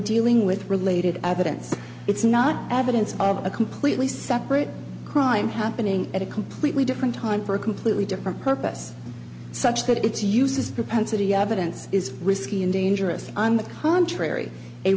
dealing with related evidence it's not evidence of a completely separate crime happening at a completely different time for a completely different purpose such that it's uses propensity evidence is risky and dangerous on the contrary